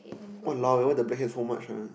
!walao! eh why the blackheads so much one